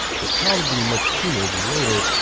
but probably much sooner than later.